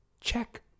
Check